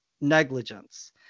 negligence